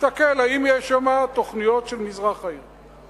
תסתכל אם יש שם תוכניות של מזרח העיר.